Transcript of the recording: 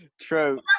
True